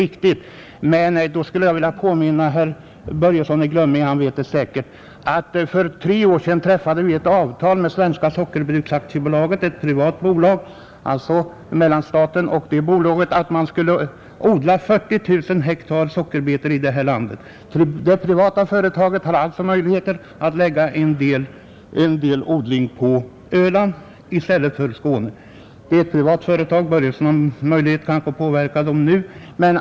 Jag skulle vilja påminna herr Börjesson i Glömminge om — han vet det säkert själv — att staten för tre år sedan träffade ett avtal med Svenska Sockerfabriks AB, som är ett privat företag, att odla sockerbetor på 40 000 hektar i det här landet. Företaget har alltså möjligheter att förlägga en del av odlingen på Öland i stället för i Skåne. Det är som sagt ett privat företag, men herr Börjesson har kanske möjlighet att påverka det nu.